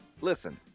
Listen